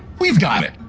we've got it!